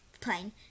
plane